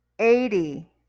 Eighty